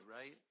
right